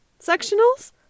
Sectionals